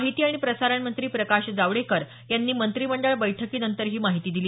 माहिती आणि प्रसारण मंत्री प्रकाश जावडेकर यांनी मंत्रिमंडळ बैठकीनंतर ही माहिती दिली